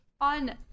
on